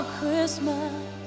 Christmas